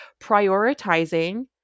prioritizing